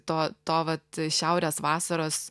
to to vat šiaurės vasaros